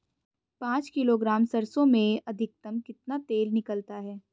पाँच किलोग्राम सरसों में अधिकतम कितना तेल निकलता है?